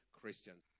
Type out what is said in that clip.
Christians